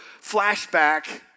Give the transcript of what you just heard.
flashback